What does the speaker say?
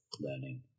learning